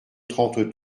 trente